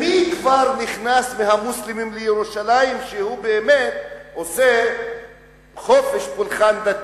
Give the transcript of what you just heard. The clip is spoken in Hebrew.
מי כבר נכנס מהמוסלמים לירושלים ובאמת עושה חופש פולחן דתי?